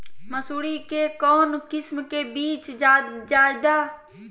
मसूरी के कौन किस्म के बीच ज्यादा उपजाऊ रहो हय?